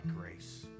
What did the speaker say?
grace